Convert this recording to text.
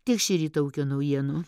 tiek šį ryto ūkio naujienų